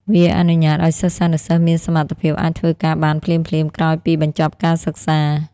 វាអនុញ្ញាតឱ្យសិស្សានុសិស្សមានសមត្ថភាពអាចធ្វើការបានភ្លាមៗក្រោយពីបញ្ចប់ការសិក្សា។